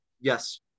Yes